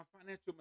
financial